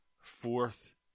fourth